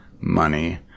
money